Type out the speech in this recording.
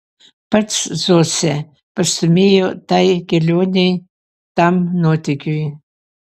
pats zosę pastūmėjo tai kelionei tam nuotykiui